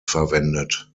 verwendet